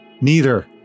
Neither